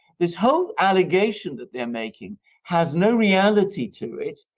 this whole allegation that they're making has no reality to it,